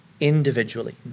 individually